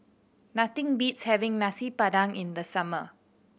nothing beats having Nasi Padang in the summer